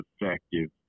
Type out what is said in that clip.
effective